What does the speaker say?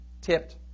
tipped